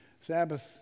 Sabbath